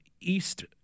East